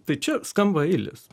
tai čia skamba eilės